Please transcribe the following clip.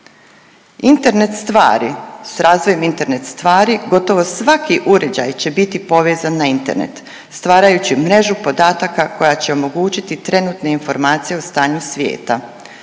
Internet stvari sa razvojem Internet stvari gotovo svaki uređaj će biti povezan na Internet stvarajući mrežu podataka koja će omogućiti trenutne informacije o stanju svijeta.